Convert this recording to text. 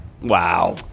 Wow